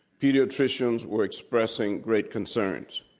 pediatricians were expressing great concerns.